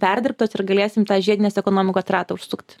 perdirbtos ir galėsim tą žiedinės ekonomikos ratą užsukti